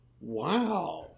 Wow